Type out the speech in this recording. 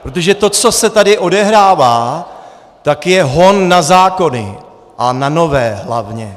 Protože to, co se tady odehrává, tak je hon na zákony, a na nové hlavně.